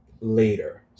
later